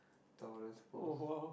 Taurus post